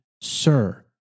Sir